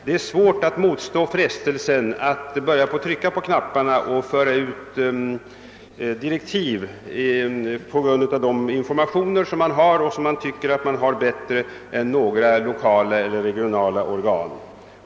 Det är svårt att motstå frestelsen att börja trycka på knapparna och utfärda direktiv, när man tycker sig ha bättre informationer än några lokala eller regionala organ.